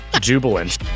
jubilant